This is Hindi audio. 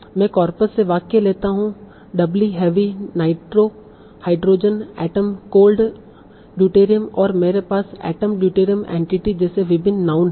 मैं कॉर्पस से वाक्य लेता हूं doubly heavy nitro hydrogen atom called deuterium और मेरे पास एटम ड्यूटेरियम एंटिटी जैसे विभिन्न नाउन हैं